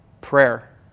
Prayer